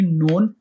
known